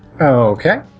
Okay